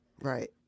Right